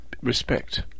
respect